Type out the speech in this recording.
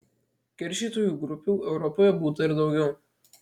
keršytojų grupių europoje būta ir daugiau